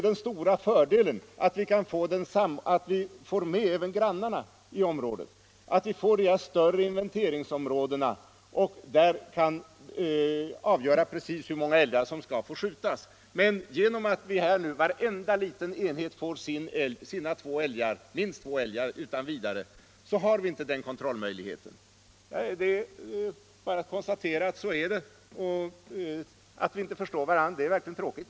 Den stora fördelen är att vi får med även grannarna genom de större inventeringsområdena och kan avgöra precis hur många älgar som skall få skjutas. Genom att varje liten enhet nu utan vidare får sina två älgar, har vi inte den kontrollmöjligheten. Det är bara att konstatera att det är så. Att vi inte förstår varandra är verkligen tråkigt.